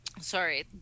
Sorry